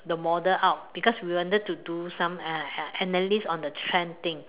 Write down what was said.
the model out because we wanted to do some uh uh analyst on the trend thing